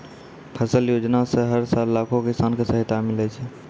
फसल योजना सॅ हर साल लाखों किसान कॅ सहायता मिलै छै